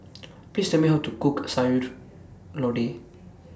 Please Tell Me How to Cook Sayur Lodeh